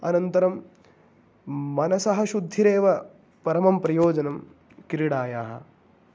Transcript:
अनन्तरं मनसः शुद्धिरेव परमं प्रयोजनं क्रीडायाः